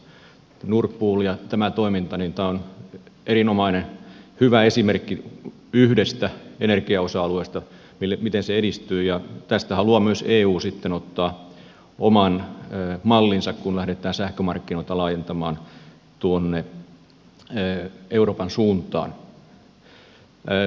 nord pool ja tämä toiminta on erinomainen hyvä esimerkki yhdestä energiaosa alueesta miten se edistyy ja tästä haluaa myös eu sitten ottaa oman mallinsa kun lähdetään sähkömarkkinoita laajentamaan tuonne euroopan suuntaan